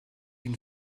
une